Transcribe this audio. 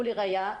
ולראייה,